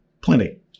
plenty